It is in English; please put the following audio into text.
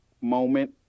moment